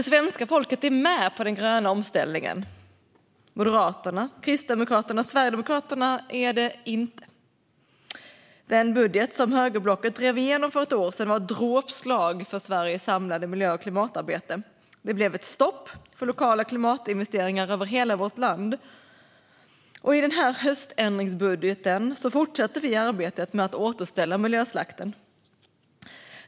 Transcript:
Svenska folket är med på den gröna omställningen. Det är inte Moderaterna, Kristdemokraterna och Sverigedemokraterna. Den budget som högerblocket drev igenom för ett år sedan var ett dråpslag för Sveriges samlade miljö och klimatarbete. Det blev stopp för lokala klimatinvesteringar över hela vårt land. I den här höständringsbudgeten fortsätter vi arbetet med att återställa efter miljöslakten.